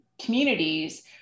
communities